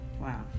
Wow